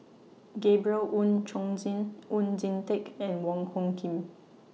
Gabriel Oon Chong Jin Oon Jin Teik and Wong Hung Khim